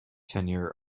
tenure